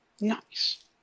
Nice